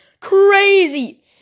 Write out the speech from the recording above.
crazy